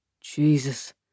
Jesus